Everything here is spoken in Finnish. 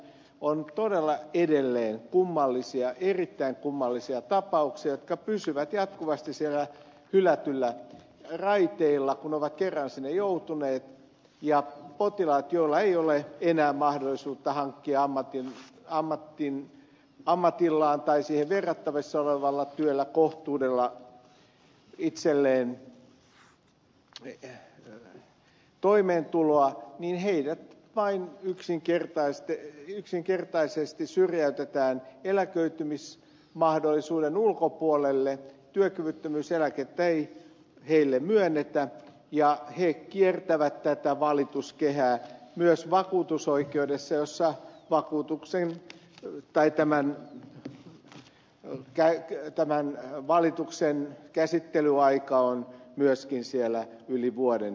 on todella edelleen kummallisia erittäin kummallisia tapauksia jotka pysyvät jatkuvasti siellä hylätyllä raiteella kun ovat kerran sinne joutuneet ja potilaat joilla ei ole enää mahdollisuutta hankkia ammatillaan tai siihen verrattavissa olevalla työllä kohtuudella itselleen toimeentuloa vain yksinkertaisesti syrjäytetään eläköitymismahdollisuuden ulkopuolelle työkyvyttömyyseläkettä ei heille myönnetä ja he kiertävät tätä valituskehää myös vakuutusoikeudessa jossa valituksen käsittelyaika on myöskin yli vuoden mittainen